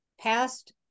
past